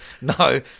no